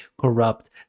corrupt